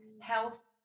Health